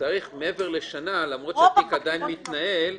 ומעבר לשנה, למרות שהתיק עדיין מתנהל,